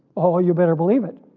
ah ah you better believe it,